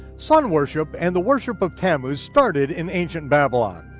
sun worship and the worship of tammuz started in ancient babylon.